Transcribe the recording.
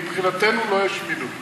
מבחינתנו לא ישמידו.